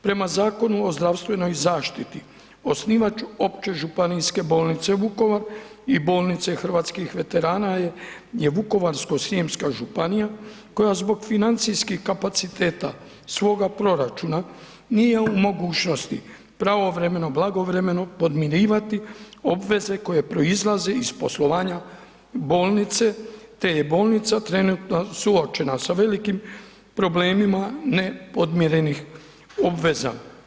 Prema Zakonu o zdravstvenoj zaštiti osnivač Opće županijska bolnica Vukovar i bolnice Hrvatskih veterana je Vukovarsko-srijemska županija koja zbog financijskih kapaciteta svoga proračuna nije u mogućnosti pravovremeno, blagovremeno podmirivati obveze koje proizlaze iz poslovanja bolnice, te je bolnica trenutno suočena sa velikim problemima ne podmirenih obveza.